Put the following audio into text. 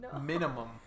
Minimum